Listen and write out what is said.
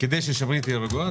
--- כדי ששמרית תהיה רגועה,